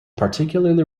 particularly